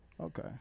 Okay